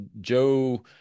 Joe